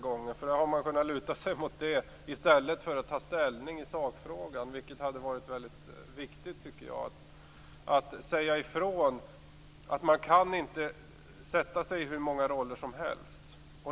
Man har kunnat luta sig mot det i stället för att ta ställning i sakfrågan, vilket jag tycker hade varit viktigt. Det gäller att säga ifrån. Man kan inte sätta sig i hur många roller som helst.